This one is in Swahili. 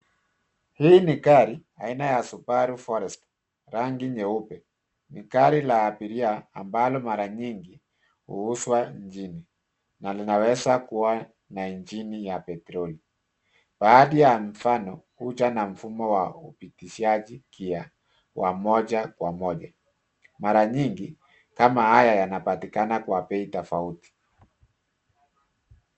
Hii ni gari aina ya Subaru Forester rangi nyeupe. Ni gari la abiria ambalo mara nyingi huuzwa mjini na linaweza kuwa na injini ya petroli. Baadhi ya mfano huja na mfumo wa upitishaji gia wa moja kwa moja. Mara nyingi kama haya yanapatikana kwa bei tofauti.